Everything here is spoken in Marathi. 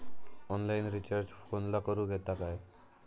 ऑनलाइन रिचार्ज फोनला करूक येता काय?